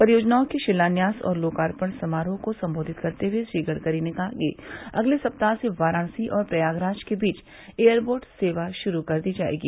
परियोजनाओं के शिलान्यास और लोकार्पण समारोह को संबोधित करते हुए श्री गडकरी ने कहा कि अगले सप्ताह से वाराणसी और प्रयागराज के बीच एयर बोट सेवा शुरू कर दी जायेगी